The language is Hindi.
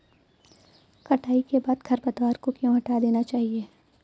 कटाई के बाद खरपतवार को क्यो हटा देना चाहिए?